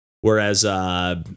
Whereas